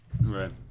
Right